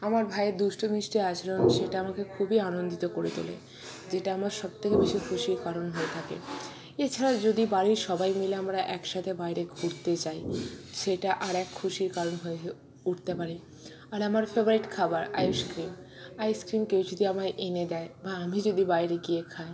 আমার ভাইয়ের দুষ্টু মিষ্টি আচরণ সেটা আমাকে খুবই আনন্দিত করে তোলে যেটা আমার সবথেকে বেশি খুশির কারণ হয়ে থাকে এছাড়াও যদি বাড়ির সবাই মিলে আমরা একসাথে বাইরে ঘুরতে যাই সেইটা আরেক খুশির কারণ হয়ে উঠতে পারে আর আমার ফেভারিট খাওয়ার আইসক্রিম আইসক্রিম কেউ যদি আমায় এনে দেয় বা আমি যদি বাইরে গিয়ে খাই